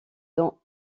dont